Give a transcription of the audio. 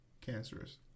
cancerous